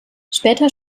später